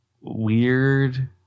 weird